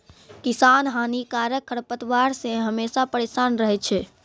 किसान हानिकारक खरपतवार से हमेशा परेसान रहै छै